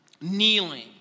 kneeling